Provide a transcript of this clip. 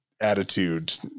attitude